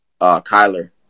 Kyler